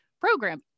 program